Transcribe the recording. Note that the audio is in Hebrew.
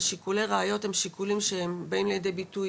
ושיקולי ראיות באים לידי ביטוי